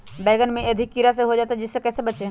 बैंगन में अधिक कीड़ा हो जाता हैं इससे कैसे बचे?